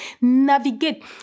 navigate